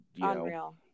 Unreal